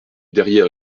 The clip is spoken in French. derrière